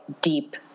deep